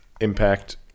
impact